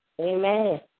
Amen